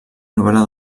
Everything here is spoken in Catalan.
novel·la